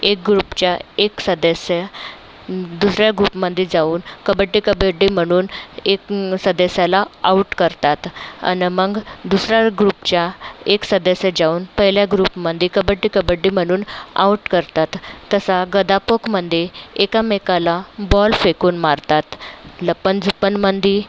एक ग्रुपचा एक सदस्य दुसऱ्या गुपमधे जाऊन कबड्डीकबड्डी म्हणून एक सदस्याला आऊट करतात आणि मग दुसरा ग्रुपच्या एक सदस्य जाऊन पहिल्या ग्रुपमधे कबड्डीकबड्डी म्हणून आऊट करतात तसा गदापोकमधे एकामेकाला बॉल फेकून मारतात लप्पन झुप्पनमधे